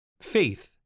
Faith